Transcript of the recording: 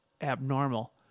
abnormal